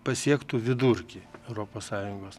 pasiektų vidurkį europos sąjungos